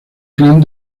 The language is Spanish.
clan